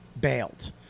bailed